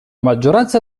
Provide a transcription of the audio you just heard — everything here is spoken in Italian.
maggioranza